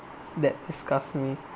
that disgusts me